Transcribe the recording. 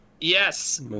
Yes